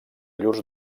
llurs